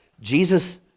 Jesus